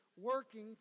working